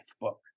book